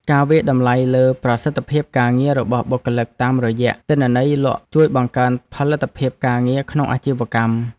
ការវាយតម្លៃលើប្រសិទ្ធភាពការងាររបស់បុគ្គលិកតាមរយៈទិន្នន័យលក់ជួយបង្កើនផលិតភាពការងារក្នុងអាជីវកម្ម។